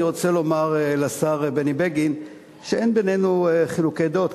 אני רוצה לומר לשר בני בגין שאין בינינו חילוקי דעות,